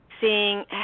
Seeing